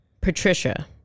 Patricia